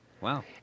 Wow